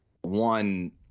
one